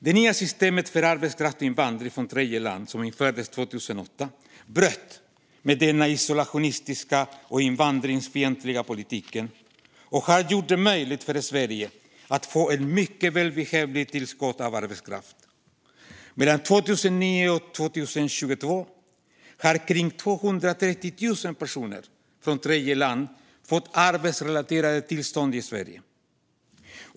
Det nya systemet för arbetskraftsinvandring från tredjeland som infördes 2008 bröt med den isolationistiska och invandringsfientliga politiken och har gjort det möjligt för Sverige att få ett mycket välbehövligt tillskott av arbetskraft. Mellan 2009 och 2022 har kring 230 000 personer från tredjeland fått arbetsrelaterade tillstånd i Sverige.